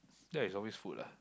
that's always food lah